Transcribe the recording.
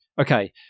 okay